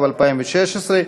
התשע"ו 2016,